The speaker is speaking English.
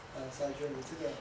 ya sergeant 你这个